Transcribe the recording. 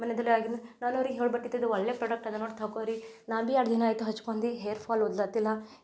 ನಾನು ಅವ್ರಿಗೆ ಹೇಳ್ ಬರ್ತಿದಿದ್ದೆ ಇದು ಒಳ್ಳೆಯ ಪ್ರಾಡಕ್ಟ್ ಇದೆ ನೋಡಿ ತಗೋರಿ ನಾನು ಬಿ ಎರಡು ದಿನ ಆಯ್ತು ಹಚ್ಕೊಂದು ಹೇರ್ಫಾಲ್ ಉದ್ಲತ್ತಿಲ್ಲ